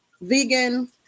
vegan